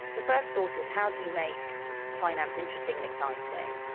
the first thought is how do you make finance interesting and exciting?